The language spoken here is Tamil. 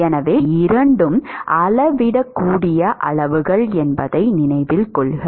எனவே இவை இரண்டும் அளவிடக்கூடிய அளவுகள் என்பதை நினைவில் கொள்க